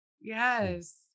Yes